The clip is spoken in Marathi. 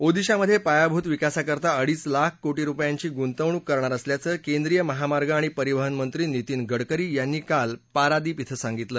ओदिशामधे पायाभूत विकासाकरता अडीच लाख कोटी रुपयांची गुंतवणूक करणार असल्याचं केंद्रीय महामार्ग आणि परिवहन मंत्री नितीन गडकरी यांनी काल पारादीप क्वें सांगितलं